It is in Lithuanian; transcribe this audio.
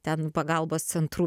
ten pagalbos centrų